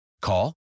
Call